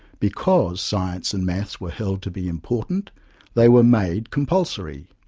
because science and maths were held to be important they were made compulsory,